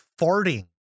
farting